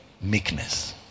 Meekness